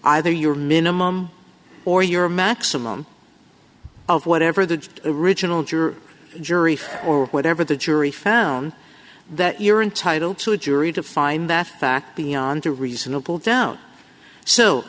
either your minimum or your maximum of whatever the original juror jury or whatever the jury found that you're entitled to a jury to find that fact beyond a reasonable doubt so